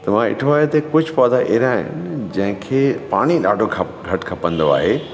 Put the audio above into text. त मां ॾिठो आहे कुझु पौधा अहिड़ा आहिनि जंहिं खे पाणी ॾाढो खपु घटि खपंदो आहे